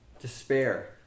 despair